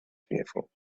fearful